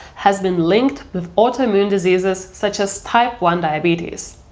has been linked with autoimmune diseases such as type one diabetes.